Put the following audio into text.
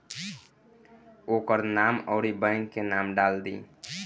ओकर नाम अउरी बैंक के नाम डाल दीं